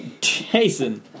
Jason